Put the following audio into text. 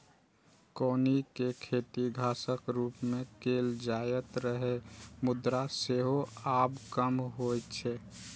कौनी के खेती घासक रूप मे कैल जाइत रहै, मुदा सेहो आब कम होइ छै